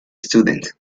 student